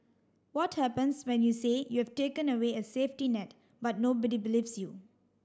what happens when you say you have taken away a safety net but nobody believes you